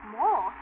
more